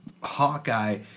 Hawkeye